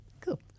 Cool